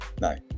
no